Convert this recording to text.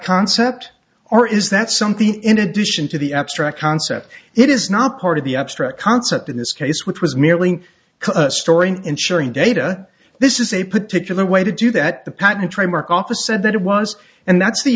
concept or is that something in addition to the abstract concept it is not part of the abstract concept in this case which was merely a story in ensuring data this is a particular way to do that the patent trademark office said that it was and that's the